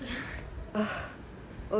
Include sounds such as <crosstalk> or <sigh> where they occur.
<laughs>